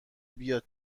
بیاد